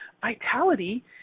vitality